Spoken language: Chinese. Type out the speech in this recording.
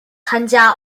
参加